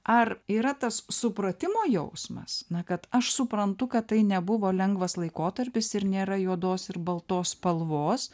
ar yra tas supratimo jausmas na kad aš suprantu kad tai nebuvo lengvas laikotarpis ir nėra juodos ir baltos spalvos